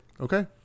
okay